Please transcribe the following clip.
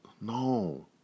no